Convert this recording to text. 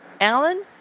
Alan